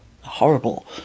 horrible